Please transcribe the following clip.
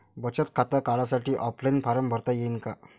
बचत खातं काढासाठी ऑफलाईन फारम भरता येईन का?